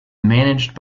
managed